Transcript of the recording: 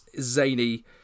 zany